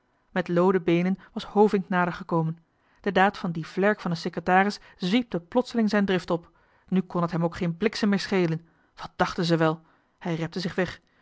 met looden beenen was hovink nader gekomen de daad van dien vlerk van een secretaris zwiepte johan de meester de zonde in het deftige dorp plotseling zijn drift op nu kon het hem ook geen bliksem meer schelen wat dachten ze wel hij repte zich weg